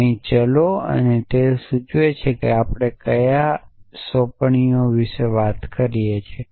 અહીં ચલો સૂચવે છે કે આપણે કયા સોંપણીઓ વિશે વાત કરીએ છીએ